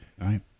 right